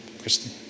Kristen